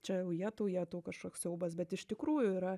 čia jau jetau jetau kažkoks siaubas bet iš tikrųjų yra